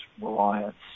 reliance